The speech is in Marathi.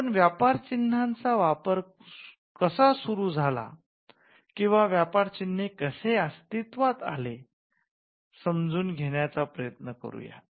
आपण व्यापार चिन्हाचा वापर कसा सुरु झाला किंवा व्यापार चिन्ह कसे अस्तित्त्वात आले समजून घेण्याचा प्रयत्न करूयात